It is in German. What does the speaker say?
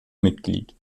mitglied